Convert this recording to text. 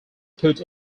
put